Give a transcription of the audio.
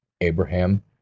Abraham